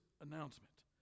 announcement